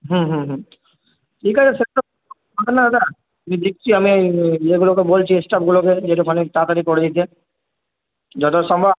হুম হুম হুম ঠিক আছে সে তো না দাদা আমি দেখছি আমি ইয়েগুলোকে বলছি স্টাফ গুলোকে যে একটুখানি তাড়াতাড়ি করে দিতে যতটা সম্ভব